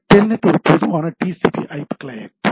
Telnet ஒரு பொதுவான TCP IP client